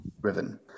driven